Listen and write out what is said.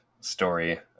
story